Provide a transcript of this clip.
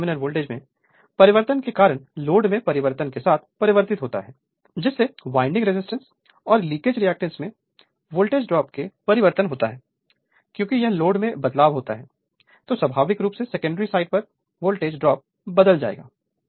secondary terminal voltage में परिवर्तन के कारण लोड में परिवर्तन के साथ परिवर्तन होता है जिससे वाइंडिंग रेजिस्टेंस और लीकेज रिएक्शन में वोल्टेज ड्रॉप में परिवर्तन होता है क्योंकि यदि लोड में बदलाव होता है तो स्वाभाविक रूप से सेकेंडरी साइड पर वोल्टेज ड्रॉप बदल जाएगा